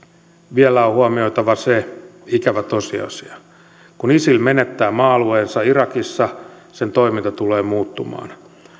vielä on huomioitava se ikävä tosiasia että kun isil menettää maa alueensa irakissa sen toiminta tulee muuttumaan